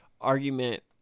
argument